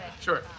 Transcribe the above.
sure